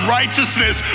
righteousness